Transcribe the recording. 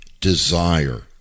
desire